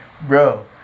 Bro